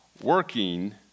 working